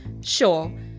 Sure